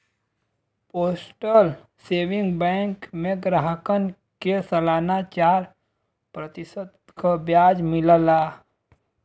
postal saving bank में ग्राहकन के सलाना चार प्रतिशत क ब्याज मिलला